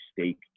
stake